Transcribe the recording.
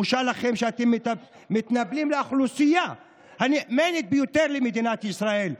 בושה לכם שאתם מתנכלים לאוכלוסייה הנאמנה ביותר למדינת ישראל,